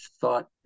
thought